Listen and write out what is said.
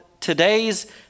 today's